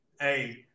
hey